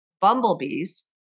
bumblebees